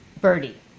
birdie